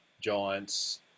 Giants